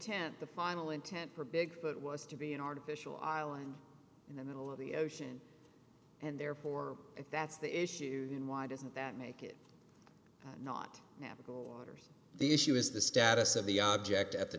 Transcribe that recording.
intent the final intent for big foot was to be an artificial island in the middle of the ocean and therefore if that's the issue and why doesn't that make it not happen the issue is the status of the object at the